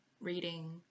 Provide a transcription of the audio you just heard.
reading